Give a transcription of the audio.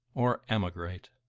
or emigrate.